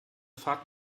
fahrt